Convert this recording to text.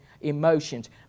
emotions